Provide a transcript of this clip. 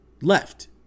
left